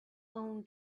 own